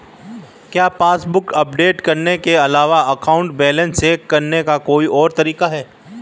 क्या passbook update करने के अलावा अकाउंट बैलेंस चेक करने का कोई और तरीका है?